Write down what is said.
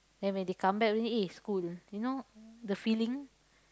then when they come back only eh school you know the feeling